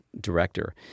director